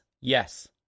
yes